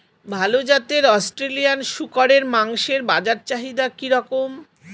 ভাল জাতের অস্ট্রেলিয়ান শূকরের মাংসের বাজার চাহিদা কি রকম?